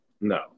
No